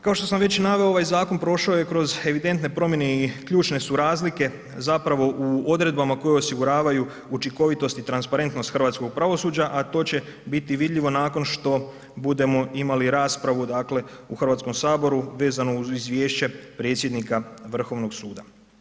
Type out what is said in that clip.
Kao što sam već naveo ovaj zakon prošao je kroz evidentne promjene i ključne su razlike zapravo u odredbama koje osiguravaju učinkovitost i transparentnost hrvatskog pravosuđa, a to će biti vidljivo nakon što budemo imali raspravu dakle u Hrvatskom saboru vezano uz izvješće predsjednika Vrhovnog suda.